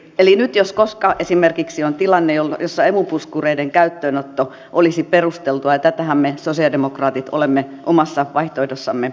eli nyt jos koskaan esimerkiksi on tilanne jossa emu puskureiden käyttöönotto olisi perusteltua ja tätähän me sosialidemokraatit olemme omassa vaihtoehdossamme esittäneet